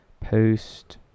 post